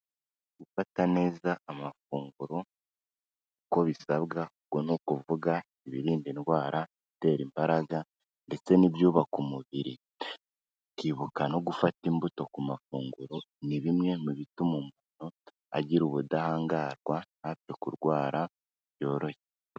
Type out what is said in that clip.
Gufata neza amafunguro uko bisabwa, ubwo ni ukuvuga ibirinda indwara, ibitera imbaraga ndetse n'ibyubaka umubiri. Ukibuka no gufata imbuto ku mafunguro, ni bimwe mu bituma umuntu agira ubudahangarwa ntapfe kurwara byoroshye.